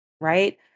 right